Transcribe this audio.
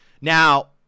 Now